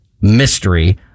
mystery